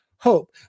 Hope